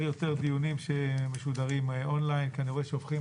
יותר דיונים שמשודרים אונליין כי אני רואה שהופכים